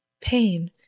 pain